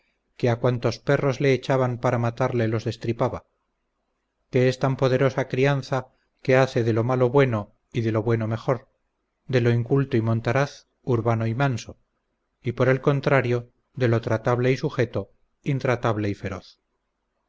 que a cuantos perros le echaban para matarle los destripaba que es tan poderosa crianza que hace de lo malo bueno y de lo bueno mejor de lo inculto y montaraz urbano y manso y por el contrario de lo tratable y sujeto intratable y feroz